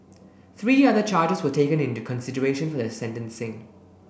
three other charges were taken into consideration for the sentencing